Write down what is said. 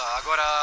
agora